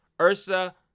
Ursa